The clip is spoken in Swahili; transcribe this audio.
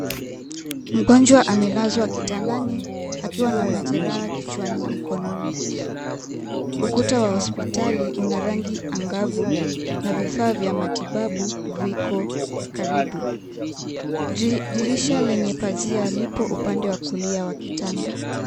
Mgonjwa amelazwa kitandani akiwa na majeraha kichwani na mkononi. Ukuta wa hospitali una rangi angavu na vifaa vya matibabu viko karibu. Dirisha lenye pazia lipo upande wa kulia wa kitanda.